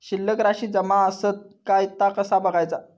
शिल्लक राशी जमा आसत काय ता कसा बगायचा?